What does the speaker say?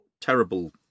Terrible